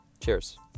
Cheers